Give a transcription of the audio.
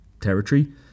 territory